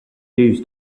dues